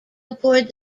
aboard